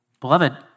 Beloved